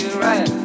right